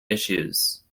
issues